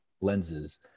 lenses